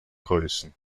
größen